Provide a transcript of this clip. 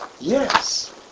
Yes